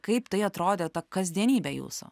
kaip tai atrodė ta kasdienybė jūsų